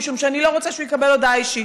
משום שאני לא רוצה שהוא יקבל הודעה אישית,